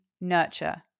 nurture